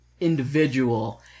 individual